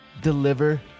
deliver